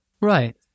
Right